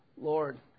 Lord